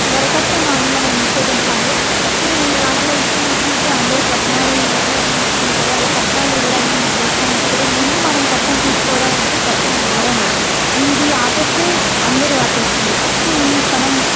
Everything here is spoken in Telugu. వరకట్నాన్ని మనం నిషేధించాలి ఇప్పుడు ఈ కాలంలో ఇష్టం వచ్చినట్లు అందరు కట్నాలు ఇవి అవి ఇస్తున్నారు అలా కట్నాలు ఇవ్వడానికి మనం ప్రోత్సహించకూడదు ముందు మనం కట్నం తీసుకోవడం వద్దు కట్నం ఇవ్వడం వద్దు ఇది ఆపేస్తే అందరూ ఆపేస్తారు ఫస్టు ఈ పని